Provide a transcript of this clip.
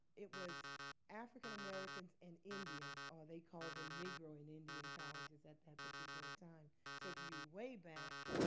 it was african-americans and indians, or they call them negro and indian colleges at that particular time taking you way back,